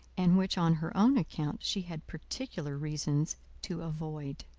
and which on her own account she had particular reasons to avoid.